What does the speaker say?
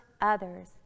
others